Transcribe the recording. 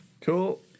Cool